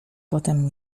potem